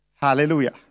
Hallelujah